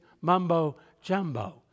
mumbo-jumbo